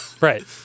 right